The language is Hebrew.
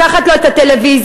לקחת לו את הטלוויזיה,